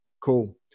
Cool